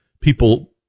people